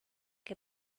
que